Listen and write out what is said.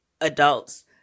adults